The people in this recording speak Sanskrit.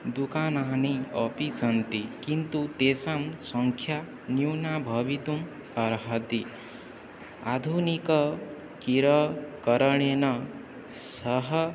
दुकानानि अपि सन्ति किन्तु तेषां सङ्ख्या न्यूना भवितुम् अर्हति आधुनिकीकरणेन सह